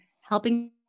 helping